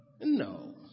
No